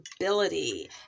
ability